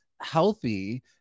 healthy